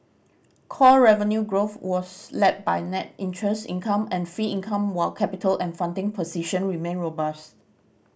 core revenue growth was led by net interest income and fee income while capital and funding position remain robust